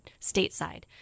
stateside